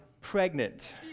pregnant